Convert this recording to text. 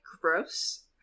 gross